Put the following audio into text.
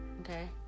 Okay